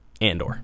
Andor